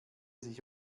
sich